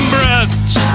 Breasts